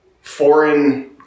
foreign